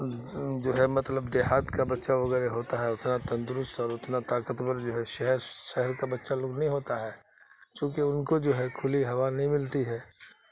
جو ہے مطلب دیہات کا بچہ وغیرہ ہوتا ہے اتنا تندرست اور اتنا طاقتور جو ہے شہر شہر کا بچہ لوگ نہیں ہوتا ہے چونکہ ان کو جو ہے کھلی ہوا نہیں ملتی ہے